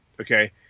Okay